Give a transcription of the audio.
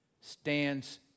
stands